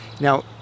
Now